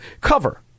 cover